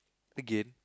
again